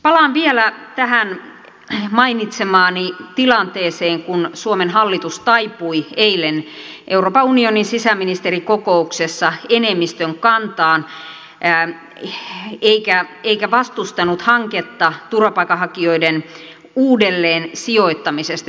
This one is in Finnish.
palaan vielä tähän mainitsemaani tilanteeseen kun suomen hallitus taipui eilen euroopan unionin sisäministerikokouksessa enemmistön kantaan eikä vastustanut hanketta turvapaikanhakijoiden uudelleensijoittamisesta